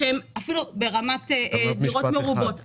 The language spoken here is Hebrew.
אפילו ברמת דירות מרובות.